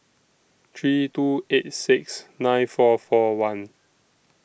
three two eight six nine four four one